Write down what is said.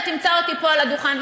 אתה תמצא אותי פה על הדוכן.